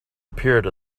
appeared